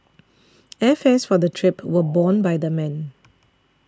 airfares for the trip were borne by the men